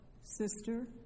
sister